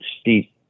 steep